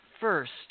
first